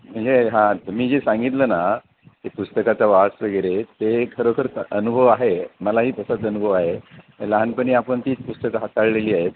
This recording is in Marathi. म्हणजे हां तुम्ही जे सांगितलं ना ते पुस्तकाचा वास वगैरे ते खरोखर अनुभव आहे मलाही तसाच अनुभव आहे लहानपणी आपण तीच पुस्तकं हाताळलेली आहेत